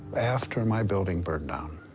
after my building burned down,